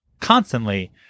constantly